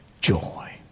joy